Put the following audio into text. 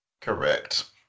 Correct